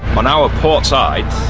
on our port side,